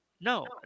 No